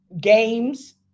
games